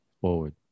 forward